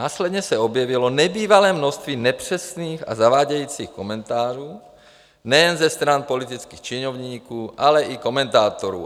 Následně se objevilo nebývalé množství nepřesných a zavádějících komentářů nejen ze strany politických činovníků, ale i komentátorů.